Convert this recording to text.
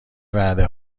وعده